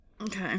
Okay